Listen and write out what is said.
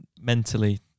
Mentally